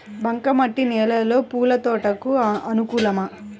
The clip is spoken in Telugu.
బంక మట్టి నేలలో పూల తోటలకు అనుకూలమా?